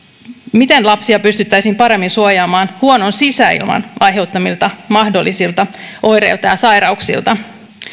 miten lapsia pystyttäisiin paremmin suojaamaan huonon sisäilman aiheuttamilta mahdollisilta oireilta ja sairauksilta